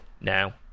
now